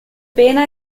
pena